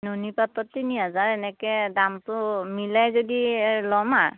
নুনী পাটত তিনি হাজাৰ এনেকৈ দামটো মিলাই যদি ল'ম আঁ